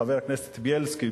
חבר הכנסת בילסקי,